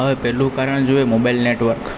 હવે પહેલું કારણ જોઈએ મોબાઈલ નેટવર્ક